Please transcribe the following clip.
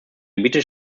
gebiete